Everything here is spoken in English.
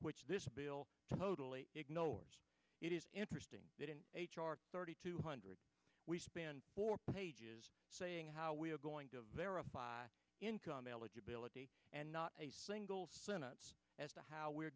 which this bill totally ignores it is interesting that in h r thirty two hundred we spend four pages saying how we're going to verify income eligibility and not a single sentence as to how we're